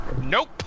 Nope